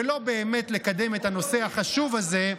ולא באמת לקדם את הנושא החשוב הזה,